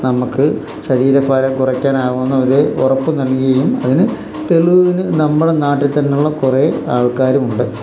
നമുക്കു ശരീരഭാരം കുറയ്ക്കാനാവുമെന്ന ഒരു ഉറപ്പു നൽകുകയും അതിനു തെളിവിനു നമ്മടെ നാട്ടിൽ തന്നെയുള്ള കുറേ ആൾക്കാരുണ്ട്